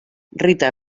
rita